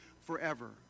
forever